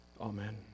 Amen